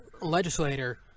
legislator